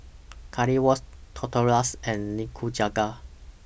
Currywurst Tortillas and Nikujaga